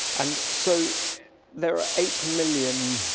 and so there are eight million